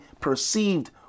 perceived